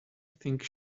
think